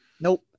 Nope